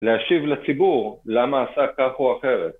להשיב לציבור למה עשה כך או אחרת